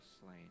slain